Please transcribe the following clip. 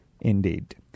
indeed